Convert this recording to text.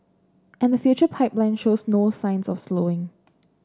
and the future pipeline shows no signs of slowing